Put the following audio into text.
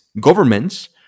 Governments